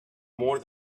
more